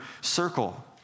circle—